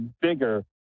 bigger